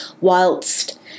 whilst